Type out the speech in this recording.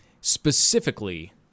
Specifically